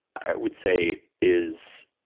i would say, is